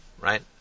right